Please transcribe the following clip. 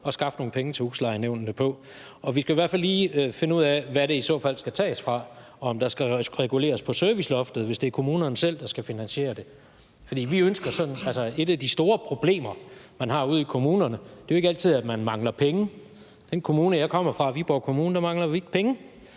at skaffe nogle penge til huslejenævnene på, og vi skal i hvert fald lige finde ud af, hvad det i så fald skal tages fra; om der skal reguleres på serviceloftet, hvis det er kommunerne selv, der skal finansiere det. For det er et af de store problemer, man har ude i kommunerne. Det er ikke altid, at man mangler penge. I den kommune, jeg kommer fra, Viborg Kommune, mangler vi ikke penge.